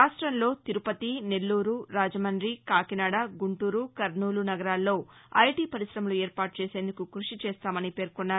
రాష్టంలో తిరుపతి నెల్లూరురాజమండి కాకినాడ గుంటూరు కర్నూలు నగరాల్లో ఐటి పరిశమలు ఏర్పాటు చేసేందుకు క్బషి చేస్తామని పేర్కొన్నారు